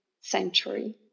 century